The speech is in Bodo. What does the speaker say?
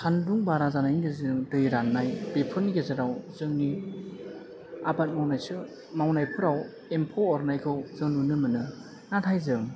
सान्दुं बारा जानायनि गेजेरजों दै रान्नाय बेफोरनि गेजेराव जोंनि आबाद मावनायसो मावनायफोराव एम्फौ अरनायखौ जों नुनो मोनो नाथाय जों